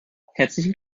herzlichen